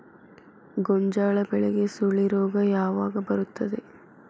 ಗೋಂಜಾಳ ಬೆಳೆಗೆ ಸುಳಿ ರೋಗ ಯಾವಾಗ ಬರುತ್ತದೆ?